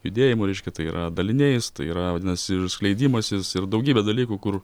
judėjimu reiškia tai yra daliniais tai yra vadinasi ir skleidimasis ir daugybė dalykų kur